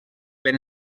ben